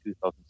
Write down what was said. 2006